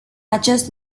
acest